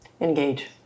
Engage